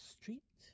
Street